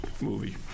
movie